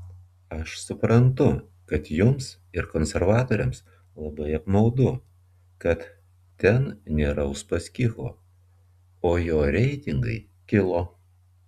aš suprantu kad jums ir konservatoriams labai apmaudu kad ten nėra uspaskicho o jo reitingai kilo